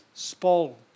Spall